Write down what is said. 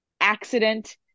accident